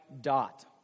dot